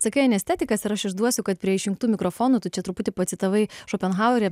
sakai anestetikas ir aš išduosiu kad prie išjungtų mikrofonų tu čia truputį pacitavai šopenhauerį